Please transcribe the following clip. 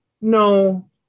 no